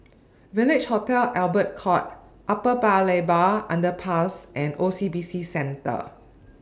Village Hotel Albert Court Upper Paya Lebar Underpass and O C B C Centre